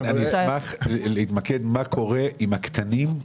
אני אשמח להתמקד בשאלה מה קורה עם הקטנים,